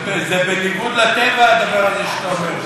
זה בניגוד לטבע, הדבר הזה שאתה אומר.